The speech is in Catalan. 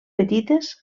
petites